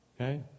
Okay